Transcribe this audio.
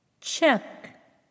Check